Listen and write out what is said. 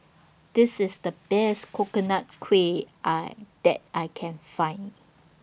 This IS The Best Coconut Kuih I that I Can Find